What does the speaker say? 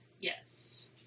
Yes